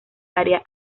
área